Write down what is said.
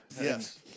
Yes